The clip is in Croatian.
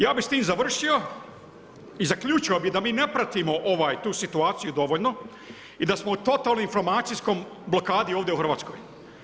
Ja bi s tim završio i zaključio da mi ne pratimo tu situaciju dovoljno i dasmo u totalnoj informacijskoj blokadi ovdje u Hrvatskoj.